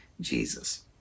Jesus